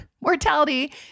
Mortality